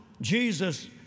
Jesus